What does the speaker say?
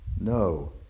No